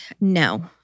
No